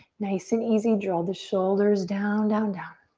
nice and easy, draw the shoulders down, down, down.